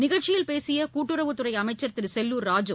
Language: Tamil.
நிகழ்ச்சியில் பேசிய கூட்டுறவுத்துறை அமைச்சர் திரு செல்லுார் ராஜூ